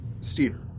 Steve